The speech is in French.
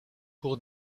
pour